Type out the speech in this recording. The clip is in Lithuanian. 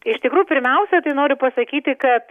iš tikrų pirmiausia tai noriu pasakyti kad